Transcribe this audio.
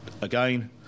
again